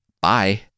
bye